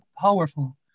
powerful